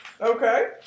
Okay